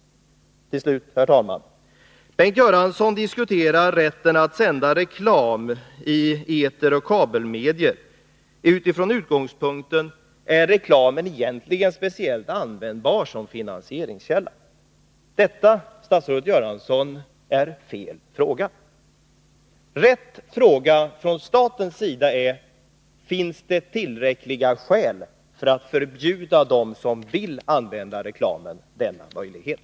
Bengt Göransson diskuterar rätten att sända reklam i eteroch kabelmedier från utgångspunkten om reklamen egentligen är speciellt användbar som finansieringskälla. Detta, statsrådet Göransson, är fel frågeställning. Rätt fråga från statens sida är: Finns det tillräckliga skäl för att förbjuda dem som vill använda reklamen från att utnyttja denna möjlighet?